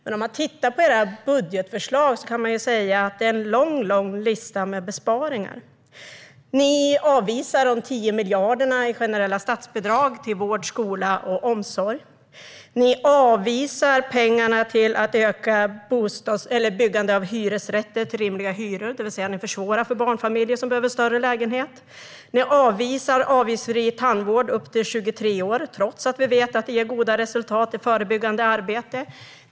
Men om man tittar på era budgetförslag ser man att det är en lång, lång lista med besparingar. Ni avvisar de 10 miljarderna i generella statsbidrag till vård, skola och omsorg. Ni avvisar pengarna till att öka byggande av hyresrätter till rimliga hyror, det vill säga att ni försvårar för barnfamiljer som behöver en större lägenhet. Ni avvisar avgiftsfri tandvård upp till 23 år trots att vi vet att det ger goda resultat med förebyggande arbete.